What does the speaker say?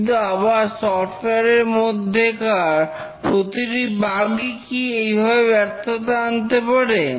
কিন্তু আবার সফটওয়্যার এর মধ্যেকার প্রতিটি বাগ ই কি এইভাবে ব্যর্থতা আনতে পারে